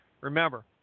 Remember